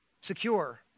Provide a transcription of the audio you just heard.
secure